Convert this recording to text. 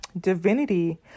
divinity